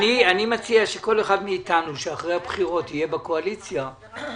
מציע שכל אחד מאיתנו שיהיה בקואליציה אחרי הבחירות,